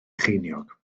cheiniog